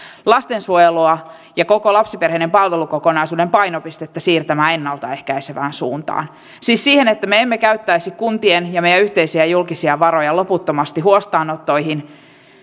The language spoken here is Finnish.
lastensuojelua ja koko lapsiperheiden palvelukokonaisuuden painopistettä siirtämään ennalta ehkäisevään suuntaan siis siihen että me emme käyttäisi kuntien varoja ja meidän yhteisiä julkisia varojamme loputtomasti huostaanottoihin